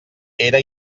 era